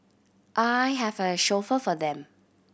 I have a chauffeur for them